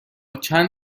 چند